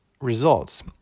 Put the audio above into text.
results